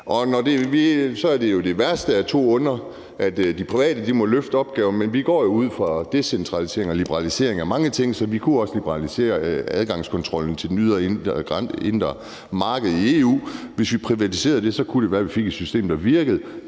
det jo det værste af to onder, at de private må løfte opgaven, men vi går jo ind for decentralisering og liberalisering af mange ting, så vi kunne også liberalisere den ydre adgangskontrol til det indre marked i EU. Hvis vi privatiserede det, kunne det være, vi fik et system, der virkede.